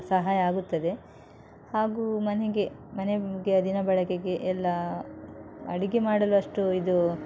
ಸಹಾಯ ಆಗುತ್ತದೆ ಹಾಗೂ ಮನೆಗೆ ಮನೆಗೆ ದಿನಬಳಕೆಗೆ ಎಲ್ಲ ಅಡುಗೆ ಮಾಡಲು ಅಷ್ಟು ಇದು